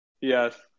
Yes